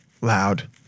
loud